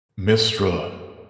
Mistra